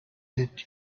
did